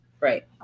Right